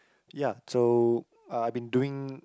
ya so uh I been doing